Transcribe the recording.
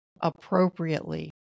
appropriately